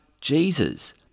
Jesus